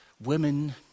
women